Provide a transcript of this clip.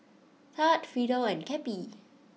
Thad Fidel and Cappie